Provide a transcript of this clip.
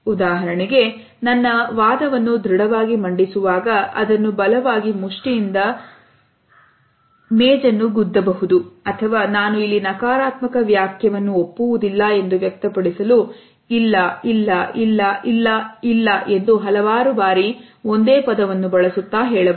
ಉದಾಹರಣೆಗೆ ನನ್ನ ವಾದವನ್ನು ದೃಢವಾಗಿ ಮಂಡಿಸುವಾಗ ಅದನ್ನು ಬಲವಾಗಿ ಮುಷ್ಟಿಯಿಂದ ಬುದ್ಧ ಬಹುದು ಅಥವಾ ನಾನು ಇಲ್ಲಿ ನಕಾರಾತ್ಮಕ ವ್ಯಾಖ್ಯಾನವನ್ನು ಒಪ್ಪುವುದಿಲ್ಲ ಎಂದು ವ್ಯಕ್ತಪಡಿಸಲು ಇಲ್ಲ ಇಲ್ಲ ಇಲ್ಲ ಇಲ್ಲ ಇಲ್ಲ ಎಂದು ಹಲವಾರು ಬಾರಿ ಒಂದೇ ಪದವನ್ನು ಬಳಸುತ್ತಾ ಹೇಳಬಹುದು